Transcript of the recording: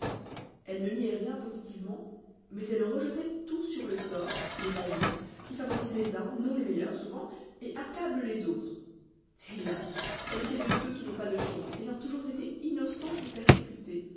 elle ne niait rien positivement mais elle rejetait tout sur le sort qui n'est pas juste qui favorise les uns non les meilleurs souvent et accable les autres hélas elle était de ceux qui n'ont pas de chance ayant toujours été innocente et persécutée